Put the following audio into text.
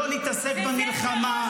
שלא נתעסק במלחמה.